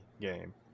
game